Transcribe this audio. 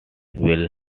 will